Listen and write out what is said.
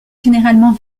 généralement